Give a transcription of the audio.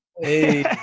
Hey